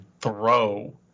throw